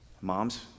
moms